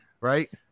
Right